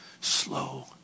slow